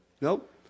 Nope